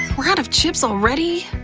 we're out of chips already?